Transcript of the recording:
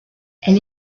elle